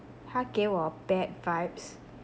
她给我 bad vibes